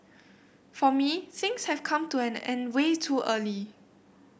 for me things have come to an end way too early